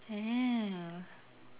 !woo!